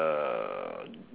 uh